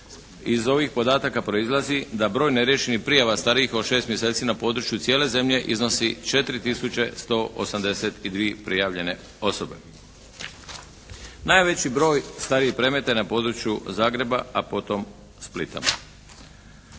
iz ovih podataka proizlazi da broj neriješenih prijava starijih od šest mjeseci na području cijele zemlje iznosi 4 tisuće 182 prijavljene osobe. Najveći broj starijih predmeta na području Zagreba, a potom Splita.